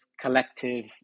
collective